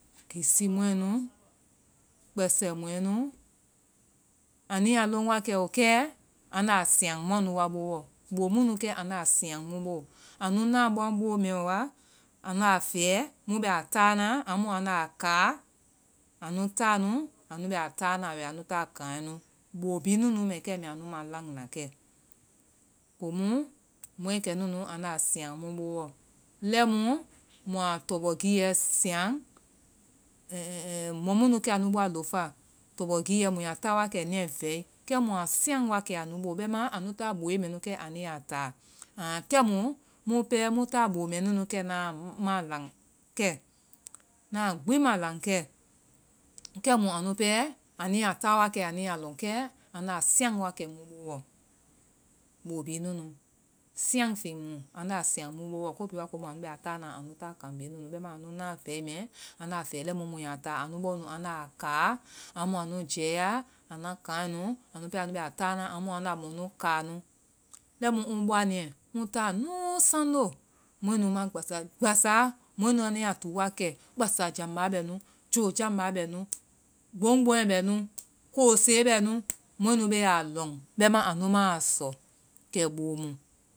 Gissi mɔɛnu, kpɛsɛmɔɛnu, kɛ anua lɔŋ wake o, kɛ anda siaŋ muanu wa boɔ. Bo munu kɛ anda siaŋ mu bo, anu na mua bo mɛ ɔ wa anda fɛ mu bɛ a ta na. Amu anda kaa. Anu taa nu, anu bɛ wɛ a taa na anu ta kaŋɛnu. Bo bi nunu mɛ kɛ mɛ anu malaŋna kɛ. Komu mɔɛ kɛnunu anda siaŋ mu boɔ. Mua tɔbɔgiiɛ siaŋ, mɔmunu kɛ anu bɔa lofa. Tɔbɔgiiɛ, mu ya taa wakɛ niiɛ vɛi. Kɛ mua siaŋ wakɛ anu bo. Bɛma anu ta boe mɛnu kɛ anu ya ta. Aŋ kɛ mu, mu pɛ mu ta bo mɛ nunu na laŋ-kɛ. Na gbi malaŋ kɛ. Kɛmu anu pɛ, anu ya ta wakɛ anu ya lɔŋ. Kɛ anda siaŋ wakɛ mu bowɔ. Bo bi nunu. Siaŋ feŋ mu. Anda siaŋ mu bowɔ. Ko bi wa ko mu anu bɛ a taa na anu ta kaŋ mɛ nunu bɛma anu na vɛi mɛ anda fɛ lɛimu mu ya ta. Anu bɔ nu anda kaa, amu anu jɛya anua kaŋɛ nu. Anu taa anu bɛ a taa na. Amu anda mɔnu kaa nu. Taŋi <english-time> mu ŋ bɔa niiɛ ŋ ttaa nu sinoe. Mɔɛ nu ma gbasa-gbasaa, mɔɛ nu ya tuu wa kɛ. Gbasajamba bɛ nu, jojamba bɛ nu, gboŋgboŋɛ bɛ nu. Kose bɛ nu. mɔɛ nu be a lɔŋ. Bɛma anu ma sɔ kɛ bo mu.```